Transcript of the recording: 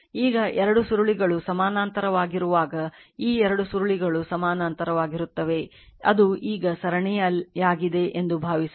ಈಗ 2 ಸುರುಳಿಗಳು ಸಮಾನಾಂತರವಾಗಿರುವಾಗ ಈ 2 ಸುರುಳಿಗಳು ಸಮಾನಾಂತರವಾಗಿರುತ್ತವೆ ಅದು ಈಗ ಸರಣಿಯಾಗಿದೆ ಎಂದು ಭಾವಿಸೋಣ